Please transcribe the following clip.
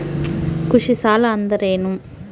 ಕೃಷಿ ಸಾಲ ಅಂದರೇನು?